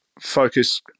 focus